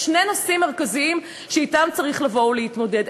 יש שני נושאים מרכזיים שאתם צריך לבוא ולהתמודד.